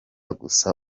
gusa